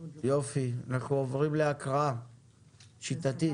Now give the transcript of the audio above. יופי, אנחנו עוברים להקראה שיטתית.